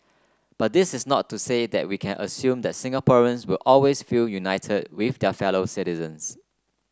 but this is not to say that we can assume that Singaporeans will always feel united with their fellow citizens